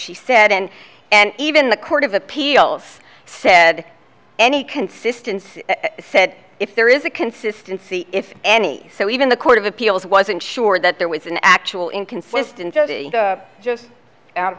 she said and and even the court of appeals said any consistency said if there is a consistency if any so even the court of appeals wasn't sure that there was an actual inconsistency just out of